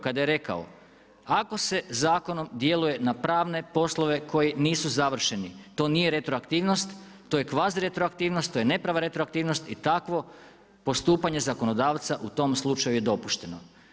Kada je rekao, ako se zakonom djeluje na pravne poslove koji nisu završeni, to nije retroaktivnost, to je kvaziretroaktivnost, to je neprava retroaktivnost i takvo postupanje zakonodavca u tom slučaju je dopušteno.